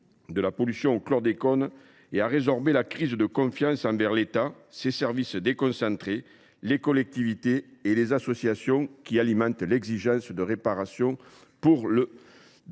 de la pollution au chlordécone et à résorber la crise de confiance entre l’État, ses services déconcentrés, les collectivités et les associations qui alimente l’exigence de réparation pour les